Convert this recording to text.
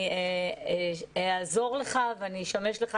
אני אעזור לך ואני אשמש לך